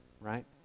right